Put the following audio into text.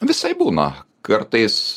visaip būna kartais